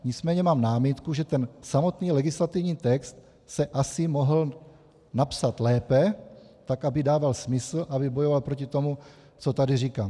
Nicméně mám námitku, že samotný legislativní text se asi mohl napsat lépe, tak aby dával smysl, aby bojoval proti tomu, co tady říkám.